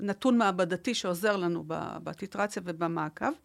נתון מעבדתי שעוזר לנו בטיטרציה ובמעקב.